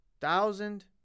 thousand